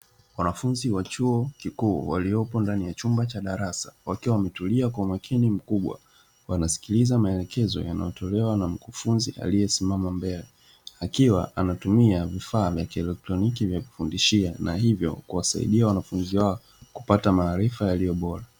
Wanafunzi wa chuo kikuu waliopo ndani ya chumba cha darasa, wakiwa wametulia kwa umakini mkubwa wanasikiliza maelekezo yanayotolewa na mkufunzi aliyesimama mbele; akiwa anatuima vifaa vya kielektroniki vya kufundishia na hivyo kuwasaidia wanafunzi wake kupata maarifa yaliyo bora.